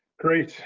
great.